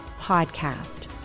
podcast